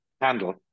handle